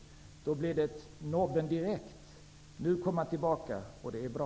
Då blev det nobben direkt. Nu kommer regeringen tillbaka, och det är bra.